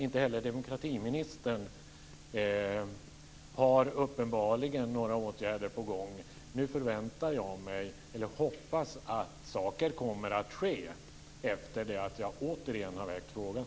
Inte heller demokratiministern har uppenbarligen några åtgärder på gång. Nu förväntar jag mig, eller hoppas jag, att saker kommer att ske efter att jag återigen har väckt frågan.